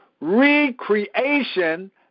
Recreation